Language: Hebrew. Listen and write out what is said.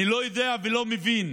אני לא יודע ולא מבין